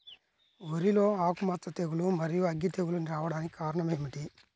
వరిలో ఆకుమచ్చ తెగులు, మరియు అగ్గి తెగులు రావడానికి కారణం ఏమిటి?